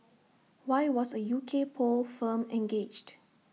why was A U K poll firm engaged